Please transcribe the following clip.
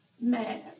mad